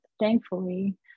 thankfully